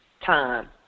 time